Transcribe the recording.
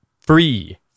free